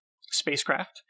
spacecraft